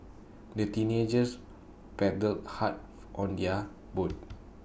the teenagers paddled hard on their boat